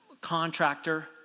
contractor